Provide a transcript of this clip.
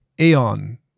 Aeon